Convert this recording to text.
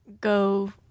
go